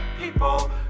people